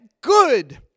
Good